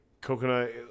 coconut